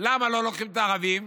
לא לוקחים את הערבים?